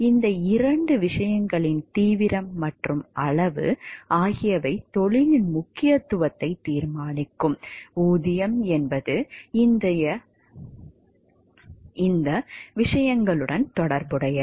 இந்த இரண்டு விஷயங்களின் தீவிரம் மற்றும் அளவு ஆகியவை தொழிலின் முக்கியத்துவத்தை தீர்மானிக்கும் ஊதியம் என்பது இந்த விஷயங்களுடன் தொடர்புடையது